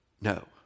no